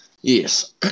Yes